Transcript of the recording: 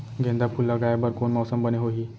गेंदा फूल लगाए बर कोन मौसम बने होही?